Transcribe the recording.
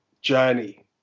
journey